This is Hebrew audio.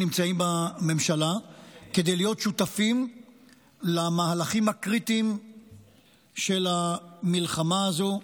נמצאים בממשלה כדי להיות שותפים למהלכים הקריטיים של המלחמה הזאת.